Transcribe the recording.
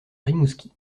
rimouski